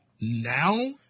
Now